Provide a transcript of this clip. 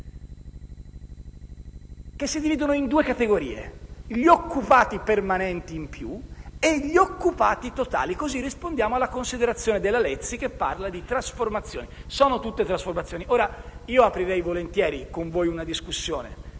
che si dividono in due categorie: gli occupati permanenti in più e gli occupati totali (così rispondiamo alla considerazione della senatrice Lezzi, che parla di trasformazioni, dicendo che sono tutte trasformazioni). Aprirei volentieri con voi una discussione